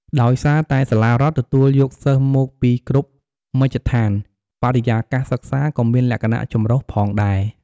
ដោយសារតែសាលារដ្ឋទទួលយកសិស្សមកពីគ្រប់មជ្ឈដ្ឋាន បរិយាកាសសិក្សាក៏មានលក្ខណៈចម្រុះផងដែរ។